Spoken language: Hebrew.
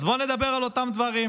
אז בואו נדבר על אותם דברים,